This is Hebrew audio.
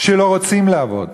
שלא רוצים לעבוד,